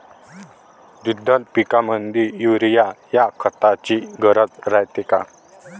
द्विदल पिकामंदी युरीया या खताची गरज रायते का?